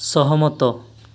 ସହମତ